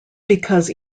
because